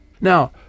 Now